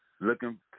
Looking